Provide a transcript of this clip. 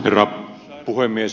herra puhemies